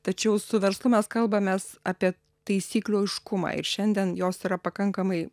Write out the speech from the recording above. tačiau su verslu mes kalbamės apie taisyklių aiškumą ir šiandien jos yra pakankamai